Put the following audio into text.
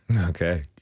Okay